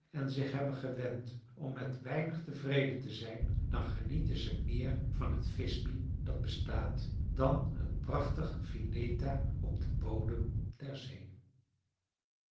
en zich hebben gewend om met weinig tevreden te zijn dan genieten ze meer van het visby dat bestaat dan van een prachtig vineta op den bodem der zee